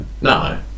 No